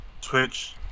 Twitch